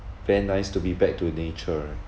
very nice to be back to nature